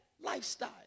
lifestyle